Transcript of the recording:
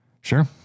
Sure